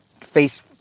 face